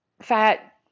fat